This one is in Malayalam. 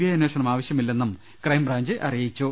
ഐ അന്വേഷണം ആവശ്യമില്ലെന്നും ക്രൈംബ്രാഞ്ച് അറിയിച്ചു